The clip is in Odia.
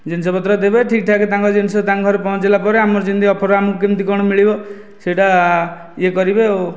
ଜିନିଷପତ୍ର ଦେବେ ଠିକଠାକ୍ ତାଙ୍କ ଜିନିଷ ତାଙ୍କ ଘରେ ପହଞ୍ଚିଲା ପରେ ଆମର ଯେମିତି ଅଫର ଆମକୁ କେମିତି କ'ଣ ମିଳିବ ସେଇଟା ଇଏ କରିବେ ଆଉ